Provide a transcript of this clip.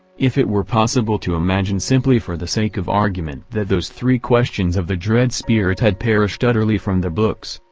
if it were possible to imagine simply for the sake of argument that those three questions of the dread spirit had perished utterly from the books,